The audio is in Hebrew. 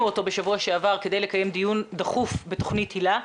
אותו בשבוע שעבר כדי לקיים דיון דחוף בתוכנית היל"ה.